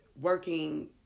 working